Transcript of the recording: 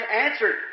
answered